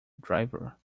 driver